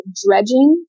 dredging